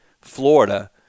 Florida